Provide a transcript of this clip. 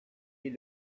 est